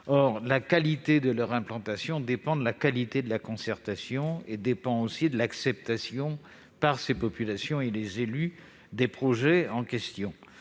Or la qualité des implantations dépend de la qualité de la concertation et de l'acceptation par les populations et les élus des projets en question.